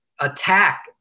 attack